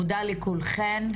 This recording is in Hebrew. מודה לכולכן,